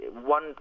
one